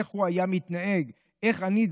איך הוא היה מתנהג ואיך אני.